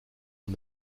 aan